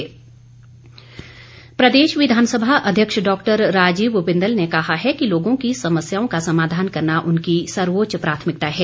बिंदल प्रदेश विधानसभा अध्यक्ष डॉक्टर राजीव बिंदल ने कहा है कि लोगों की समस्याओं का समाधान करना उनकी सर्वोच्च प्राथमिकता है